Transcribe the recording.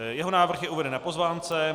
Jeho návrh je uveden na pozvánce.